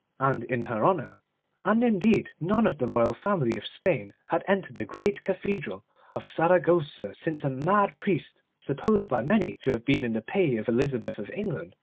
and in her honour and indeed none of the royal family of spain had entered the great cathedral of saragossa since a mad priest, supposed by many to have been in the pay of elizabeth of england,